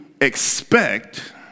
expect